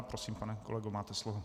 Prosím, pane kolego, máte slovo.